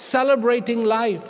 celebrating life